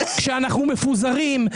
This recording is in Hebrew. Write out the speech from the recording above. כשאנחנו מפוזרים,